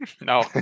No